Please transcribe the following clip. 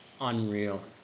unreal